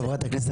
חברת הכנסת,